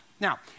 Now